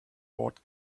bought